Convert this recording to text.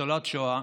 ניצולת שואה.